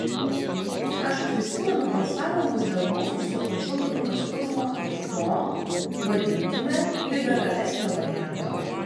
aš prisimenu balsavimus dėl mūsų su ažubaliu pasiūlymo ir to vadinkime liberalesnio varianto